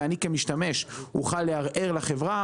ואני כמשתמש אוכל לערער לחברה,